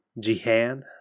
Jihan